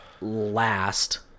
last